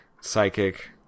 psychic